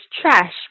trash